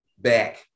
back